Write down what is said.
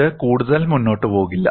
ഇത് കൂടുതൽ മുന്നോട്ട് പോകില്ല